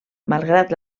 malgrat